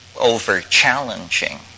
over-challenging